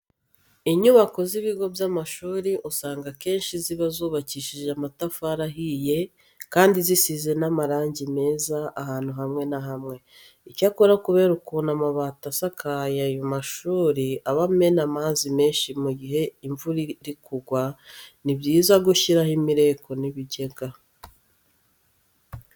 Inyubako z'ibigo by'amashuri usanga akenshi ziba zubakishije amatafari ahiye kandi zisize n'amarangi meza ahantu hamwe na hamwe. Icyakora kubera ukuntu amabati asakaje ayo mashuri aba amena amazi menshi mu gihe imvura iri kugwa, ni byiza gushyiraho imireko n'ibigega.